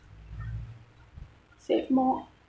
save more